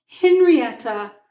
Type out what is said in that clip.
Henrietta